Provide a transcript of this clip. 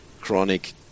chronic